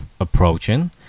approaching